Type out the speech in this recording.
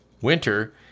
winter